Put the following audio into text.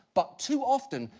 but too often,